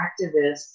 activists